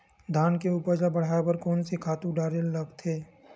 धान के उपज ल बढ़ाये बर कोन से खातु डारेल लगथे?